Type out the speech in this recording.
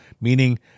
Meaning